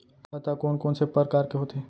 खाता कोन कोन से परकार के होथे?